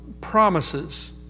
promises